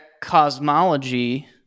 cosmology